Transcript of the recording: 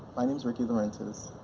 my name's rickey laurentiis,